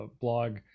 blog